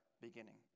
beginning